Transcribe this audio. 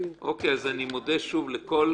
אני מודה שוב לכל